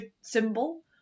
symbol